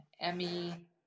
Emmy